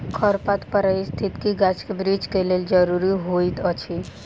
खरपात पारिस्थितिकी गाछ के वृद्धि के लेल ज़रूरी होइत अछि